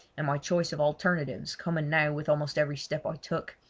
and my choice of alternatives coming now with almost every step i took,